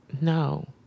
No